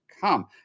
come